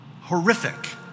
Horrific